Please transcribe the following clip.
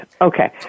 Okay